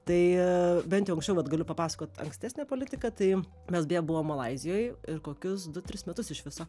tai bent jau anksčiau vat galiu papasakot ankstesnę politiką tai mes beje buvom malaizijoj ir kokius du tris metus iš viso